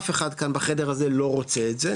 אף אחד בחדר הזה לא רוצה את זה,